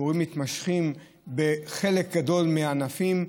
תורים מתמשכים בחלק גדול מהענפים,